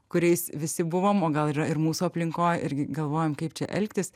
kuriais visi buvom o gal yra ir mūsų aplinkoj irgi galvojom kaip čia elgtis